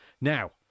now